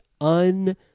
un